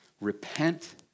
repent